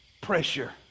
pressure